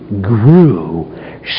grew